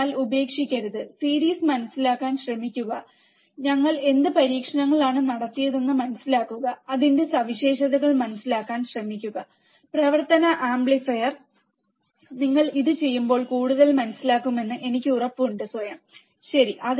അതിനാൽ ഉപേക്ഷിക്കരുത് സീരീസ് മനസിലാക്കാൻ ശ്രമിക്കുക ശ്രമിക്കുക ഞങ്ങൾ എന്ത് പരീക്ഷണങ്ങളാണ് നടത്തിയതെന്ന് മനസിലാക്കുക അതിന്റെ സവിശേഷതകൾ മനസിലാക്കാൻ ശ്രമിക്കുക പ്രവർത്തന ആംപ്ലിഫയർ നിങ്ങൾ ഇത് ചെയ്യുമ്പോൾ കൂടുതൽ മനസിലാക്കുമെന്ന് എനിക്ക് ഉറപ്പുണ്ട്സ്വയം ശരി